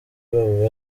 babo